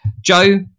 Joe